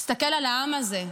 תסתכל על העם הזה.